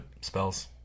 spells